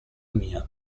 mia